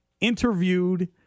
interviewed –